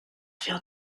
faire